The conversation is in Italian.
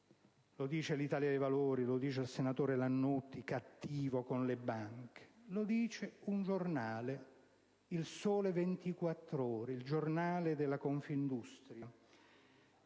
lo dice l'Italia dei Valori o il senatore Lannutti, cattivo con le banche. Lo dice un giornale, «Il Sole 24 Ore», il giornale della Confindustria,